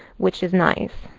which is nice.